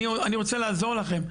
אני רוצה לעזור לכם,